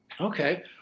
Okay